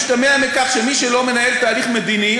משתמע מכך שמי שלא מנהל תהליך מדיני,